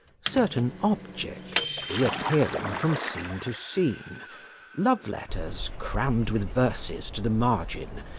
certain objects reappearing from scene to scene love-letters crammed with verses to the margin,